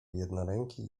jednoręki